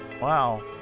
Wow